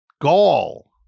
gall